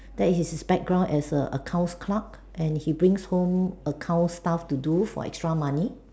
that is his background as a accounts clerk and he brings home accounts stuff to do for extra money